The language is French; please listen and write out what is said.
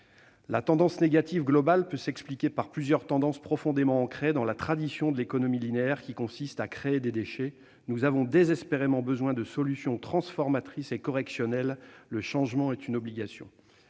La tendance négative globale peut s'expliquer par plusieurs tendances profondément ancrées dans la tradition de l'économie linéaire, qui consiste à " créer des déchets ". Nous avons désespérément besoin de solutions transformatrices et correctrices ; le changement est une obligation.